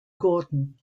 gorton